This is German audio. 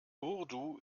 urdu